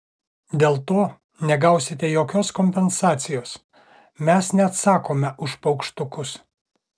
dėl to negausite jokios kompensacijos mes neatsakome už paukštukus